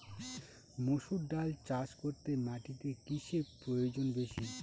মুসুর ডাল চাষ করতে মাটিতে কিসে প্রয়োজন বেশী?